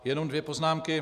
Jenom dvě poznámky.